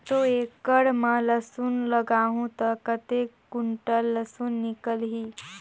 दो एकड़ मां लसुन लगाहूं ता कतेक कुंटल लसुन निकल ही?